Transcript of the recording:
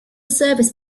service